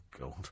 god